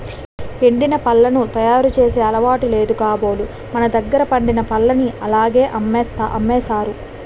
ఎండిన పళ్లను తయారు చేసే అలవాటు లేదు కాబోలు మనదగ్గర పండిన పల్లని అలాగే అమ్మేసారు